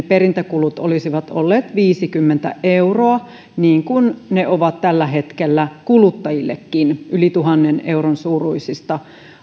perintäkulut olisivat viisikymmentä euroa niin kuin ne ovat tällä hetkellä kuluttajillekin yli tuhannen euron suuruisista